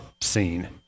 scene